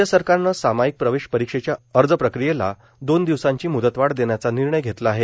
राज्य सरकारनं सामाईक प्रवेश परिक्षेच्या अर्ज प्रक्रियेला दोन दिवसांची म्दतवाढ देण्याचा निर्णय घेतला आहे